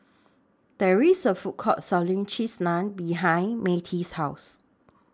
There IS A Food Court Selling Cheese Naan behind Myrtie's House